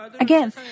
Again